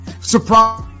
surprise